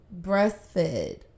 breastfed